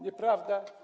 Nieprawda?